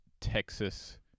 Texas